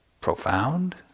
profound